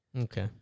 okay